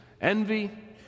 envy